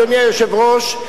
אדוני היושב-ראש,